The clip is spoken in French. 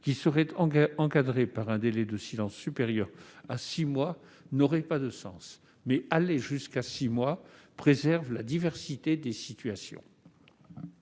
qui serait encadrée par un délai de silence supérieur à six mois n'aurait pas de sens, mais aller jusqu'à six mois préserve la diversité des situations.